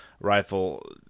rifle